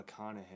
McConaughey